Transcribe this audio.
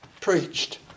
preached